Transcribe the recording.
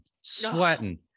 sweating